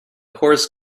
horse